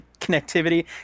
connectivity